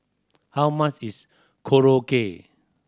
how much is Korokke